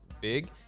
big